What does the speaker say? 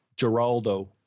Geraldo